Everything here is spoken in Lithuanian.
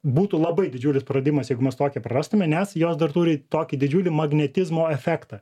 būtų labai didžiulis praradimas jeigu mes tokią prarastume nes jos dar turi tokį didžiulį magnetizmo efektą